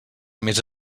més